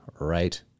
right